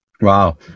Wow